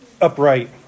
upright